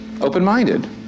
Open-minded